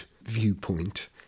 viewpoint